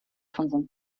von